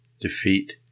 defeat